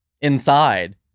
inside